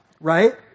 Right